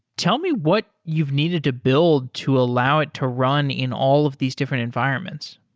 tell me what you've needed to build to allow it to run in all of these different environments.